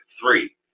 three